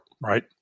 right